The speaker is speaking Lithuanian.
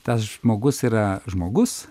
tas žmogus yra žmogus